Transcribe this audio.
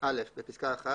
- בפסקה (1),